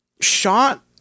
shot